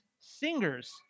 singers